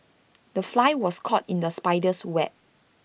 the fly was caught in the spider's web